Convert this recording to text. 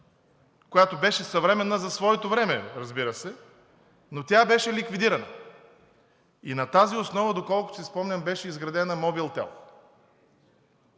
която беше съвременна за своето време, разбира се, но тя беше ликвидирана. И на тази основа, доколкото си спомням, беше изградена „Мобилтел“.